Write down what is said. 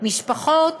משפחות